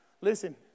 Listen